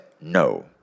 no